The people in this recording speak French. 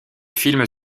film